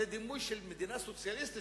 זה דימוי של מדינה סוציאליסטית,